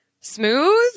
smooth